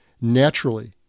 Naturally